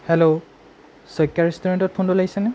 hello Saikia ৰেষ্টুৰেণ্টত ফোনটো লাগিছেনে